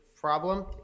problem